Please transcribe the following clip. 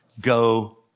go